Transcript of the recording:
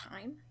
time